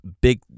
big